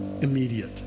Immediate